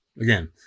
Again